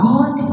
God